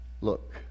Look